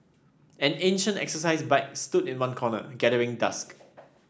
an ancient exercise bike stood in one corner gathering dust